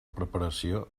preparació